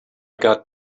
got